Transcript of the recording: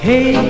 Hey